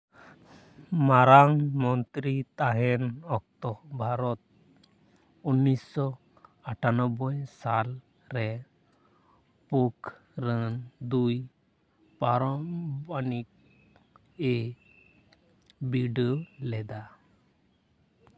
ᱢᱟᱨᱟᱝ ᱢᱚᱱᱛᱨᱤ ᱛᱟᱦᱮᱱ ᱚᱠᱛᱚ ᱵᱷᱟᱨᱚᱛ ᱩᱱᱤᱥ ᱥᱚ ᱟᱴᱷᱟᱱᱚᱵᱵᱳᱭ ᱥᱟᱞ ᱨᱮ ᱯᱳᱠᱷᱨᱟᱱ ᱫᱩᱭ ᱯᱟᱨᱚᱢᱟᱱᱚᱵᱤᱠ ᱮ ᱵᱤᱰᱟᱹᱣ ᱞᱮᱫᱟ